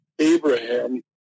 Abraham